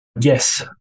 Yes